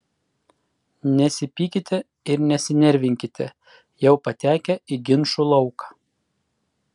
nesipykite ir nesinervinkite jau patekę į ginčų lauką